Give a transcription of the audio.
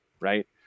right